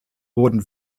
wurden